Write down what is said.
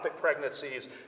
pregnancies